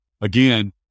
again